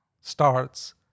starts